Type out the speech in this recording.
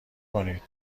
کنید